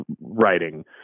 writing